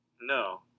No